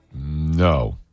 No